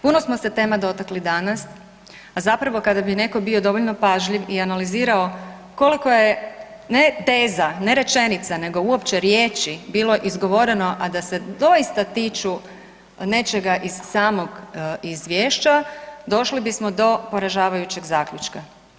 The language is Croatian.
Puno smo se tema dotakli danas, a zapravo, kada bi netko bio dovoljno pažljiv i analizirao koliko je, ne teza, ne rečenica, nego uopće riječi bilo izgovoreno, a da se doista tiču nečega iz samog Izvješća, došli bismo do poražavajućeg zaključka.